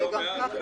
3% זה לא מעט,